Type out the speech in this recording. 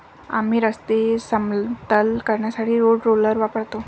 आम्ही रस्ते समतल करण्यासाठी रोड रोलर वापरतो